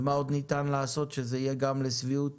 ומה עוד ניתן לעשות שזה יהיה גם לשביעות